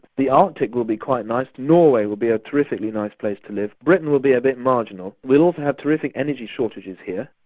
the arctic will be quite nice. norway will be a terrifically nice place to live. britain will be a bit marginal. we'll have terrific energy shortages here.